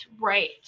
right